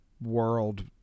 world